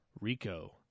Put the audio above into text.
Rico